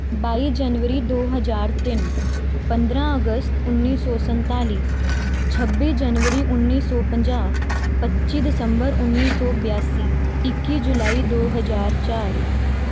ਬਾਈ ਜਨਵਰੀ ਦੋ ਹਜ਼ਾਰ ਤਿੰਨ ਪੰਦਰਾਂ ਅਗਸਤ ਉੱਨੀ ਸੌ ਸੰਤਾਲੀ ਛੱਬੀ ਜਨਵਰੀ ਉੱਨੀ ਸੌ ਪੰਜਾਹ ਪੱਚੀ ਦਸੰਬਰ ਉੱਨੀ ਸੌ ਬਿਆਸੀ ਇੱਕੀ ਜੁਲਾਈ ਦੋ ਹਜ਼ਾਰ ਚਾਰ